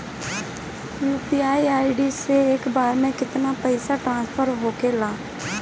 UPI से एक बार मे केतना पैसा ट्रस्फर होखे ला?